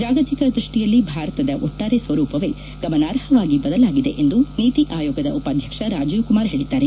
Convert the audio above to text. ಜಾಗತಿಕ ದೃಷ್ಷಿಯಲ್ಲಿ ಭಾರತದ ಒಟ್ಲಾರೆ ಸ್ವರೂಪವೇ ಗಮನಾರ್ಹವಾಗಿ ಬದಲಾಗಿದೆ ಎಂದು ನೀತಿ ಆಯೋಗದ ಉಪಾಧ್ಯಕ್ಷ ರಾಜೀವ್ ಕುಮಾರ್ ಹೇಳಿದ್ದಾರೆ